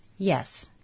Yes